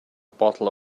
bottle